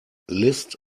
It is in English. list